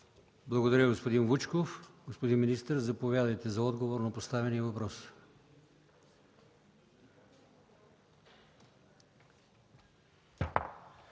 Благодаря, госпожо Маринова. Госпожо министър, заповядайте за отговор на поставения въпрос.